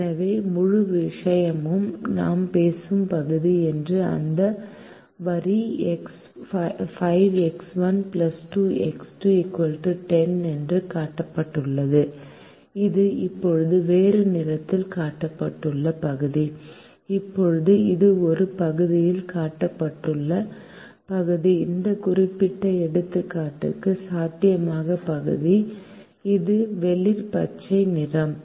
எனவே முழு விஷயமும் நாம் பேசும் பகுதி மற்றும் அந்த வரி 5X1 2X2 10 என்று காட்டப்பட்டுள்ளது இது இப்போது வேறு நிறத்தில் காட்டப்பட்டுள்ள பகுதி இப்போது இது ஒரு பகுதியில் காட்டப்பட்டுள்ள பகுதி இந்த குறிப்பிட்ட எடுத்துக்காட்டுக்கு சாத்தியமான பகுதி இது வெளிர் பச்சை நிறம்